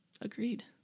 agreed